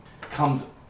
comes